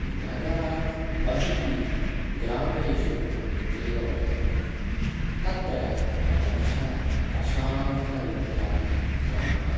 नगरात् बहिः ग्रामेषु एव वर्तते तत्र प्रथमतः प्रशान्तरीत्या ग्रामः